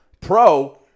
Pro –